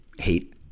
hate